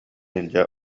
илдьэ